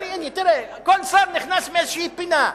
הנה תראה, כל שר נכנס מאיזו פינה,